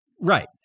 right